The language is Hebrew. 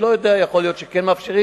אני לא יודע, יכול להיות שכן מאפשרים,